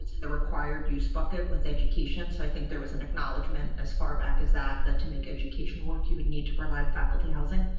the required use bucket with education so i think there was an acknowledgement as far back as that that to make education work, you would need to provide faculty housing.